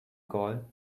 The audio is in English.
call